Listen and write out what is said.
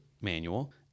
manual